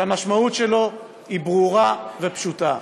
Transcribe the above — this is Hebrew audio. שהמשמעות שלו היא ברורה ופשוטה.